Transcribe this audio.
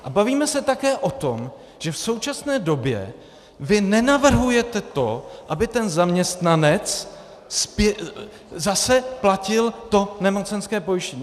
A bavíme se také o tom, že v současné době vy nenavrhujete to, aby ten zaměstnanec zase platil nemocenské pojištění.